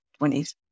20s